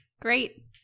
great